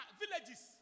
villages